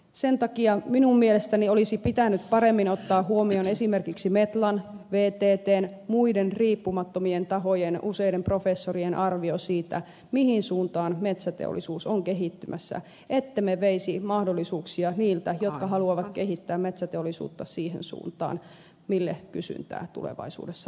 sen takia minun mielestäni olisi pitänyt paremmin ottaa huomioon esimerkiksi metlan vttn muiden riippumattomien tahojen useiden professorien arvio siitä mihin suuntaan metsäteollisuus on kehittymässä ettemme veisi mahdollisuuksia niiltä jotka haluavat kehittää metsäteollisuutta siihen suuntaan mille kysyntää tulevaisuudessa löytyy